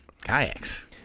Kayaks